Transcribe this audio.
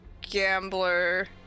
Gambler